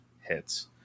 hits